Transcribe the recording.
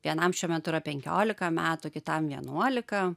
vienam šiuo metu yra penkiolika metų kitam vienuolika